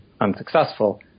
unsuccessful